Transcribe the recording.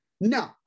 No